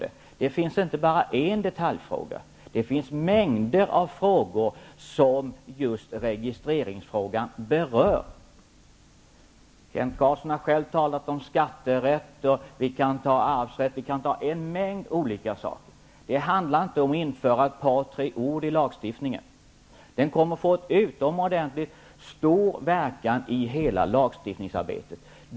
Men det finns inte bara en detaljfråga, utan det finns mängder av frågor som just registreringsfrågan berör. Kent Carlsson har själv talat om skatterätt. Jag kan även nämna arvsrätt och en mängd olika saker. Det handlar inte om att införa ett par tre ord i lagstiftningen. Frågan kommer att få en utomordentligt stor verkan i hela lagstiftningsarbetet.